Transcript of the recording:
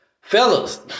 Fellas